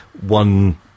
one